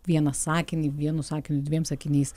vieną sakinį vienu sakiniu dviem sakiniais